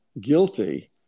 guilty